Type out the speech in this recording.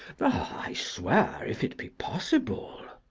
i swear if it be possible.